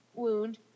wound